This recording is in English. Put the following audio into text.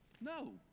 no